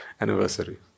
anniversary